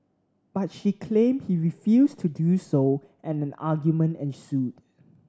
but she claimed he refused to do so and an argument ensued